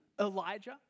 Elijah